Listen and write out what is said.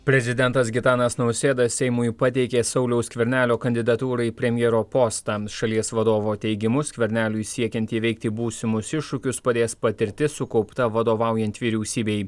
prezidentas gitanas nausėda seimui pateikė sauliaus skvernelio kandidatūrą į premjero postą šalies vadovo teigimu skverneliui siekiant įveikti būsimus iššūkius padės patirtis sukaupta vadovaujant vyriausybei